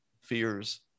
fears